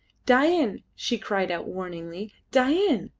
dain! she cried out warningly, dain!